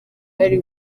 ari